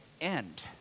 end